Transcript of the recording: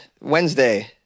Wednesday